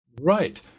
Right